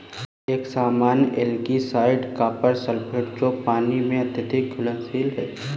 एक सामान्य algicide copper sulphate है जो पानी में अत्यधिक घुलनशील है